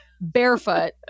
barefoot